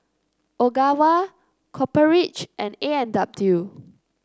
Ogawa Copper Ridge and A and W